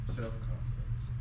self-confidence